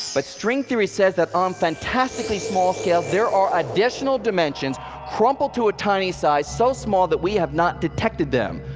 but string theory says that, on um fantastically small scales, there are additional dimensions crumpled to a tiny size so small that we have not detected them.